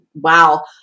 wow